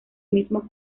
mismo